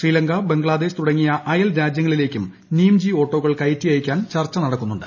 ശ്രീലങ്ക ബംഗ്ലാദേശ് തൂടങ്ങിയ അയൽരാജൃങ്ങളിലേക്കും നീം ജി ഓട്ടോകൾ കയറ്റി അയക്കാൻ ചർച്ച നടക്കുന്നുണ്ട്